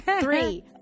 three